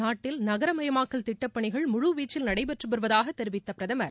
நாட்டில் நகரமயமாக்கல் திட்டப்பணிகள் முழுவீச்சில் நடைபெற்று வருவதாக தெரிவித்த பிரதமர்